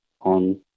on